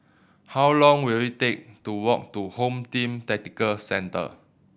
how long will it take to walk to Home Team Tactical Centre